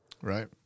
Right